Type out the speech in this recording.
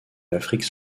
l’afrique